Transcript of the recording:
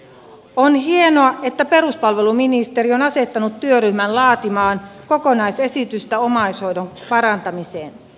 on hienoa että peruspalveluministeri on asettanut työryhmän laatimaan kokonaisesitystä omaishoidon parantamiseen